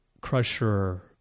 Crusher